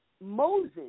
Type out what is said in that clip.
Moses